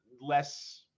less